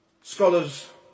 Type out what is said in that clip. Scholars